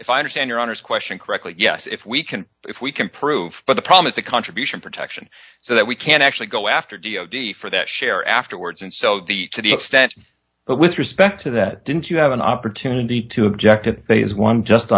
if i understand your honour's question correctly yes if we can if we can prove but the problem is the contribution protection so that we can actually go after d o d for that share afterwards and so the to the extent but with respect to that didn't you have an opportunity to object it they is one just